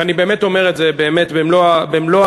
ואני באמת אומר את זה באמת במלוא הכנות,